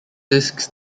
discs